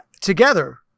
together